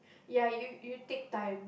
ya you you take time